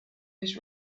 his